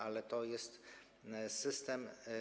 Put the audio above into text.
Ale to jest system.